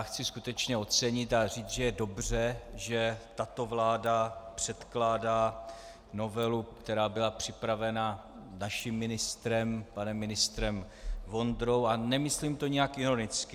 Chci skutečně ocenit a říct, že je dobře, že tato vláda předkládá novelu, která byla připravena naším ministrem, panem ministrem Vondrou a nemyslím to nijak ironicky.